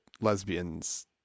lesbians